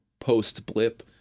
post-Blip